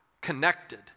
connected